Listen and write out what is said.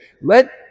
Let